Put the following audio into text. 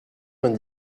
vingt